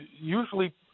usually